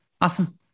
Awesome